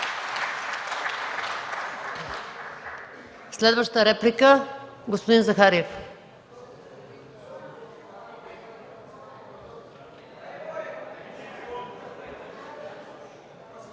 Следваща реплика – господин Захариев.